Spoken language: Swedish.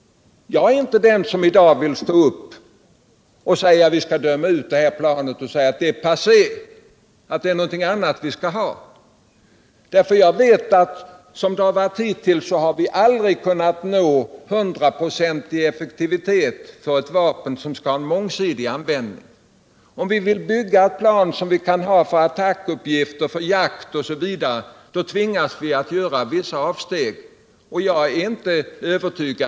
Jag är inte den som i dag vill stå upp och säga att vi skall döma ut det här planet, att det är passé och att vi skall ha någonting annat. Jag vet nämligen att vi hittills aldrig har kunnat nå hundraprocentig effektivitet för vapen och vapenbärare som skall ha mångsidig användning. Om vi vill bygga ett plan som vi kan ha för attackuppgifter, för jakt osv., tvingas vi göra vissa avsteg från kraven på effektivitet i alla lägen.